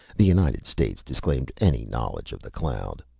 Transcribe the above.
the united states disclaimed any knowledge of the cloud.